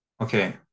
Okay